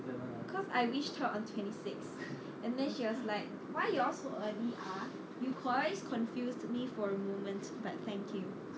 cause I wished her on twenty six and then she was like why you all so early ah you guys confused me for a moment but thank you